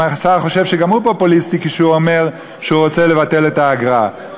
האם השר חושב שגם הוא פופוליסטי כשהוא אומר שהוא רוצה לבטל את האגרה?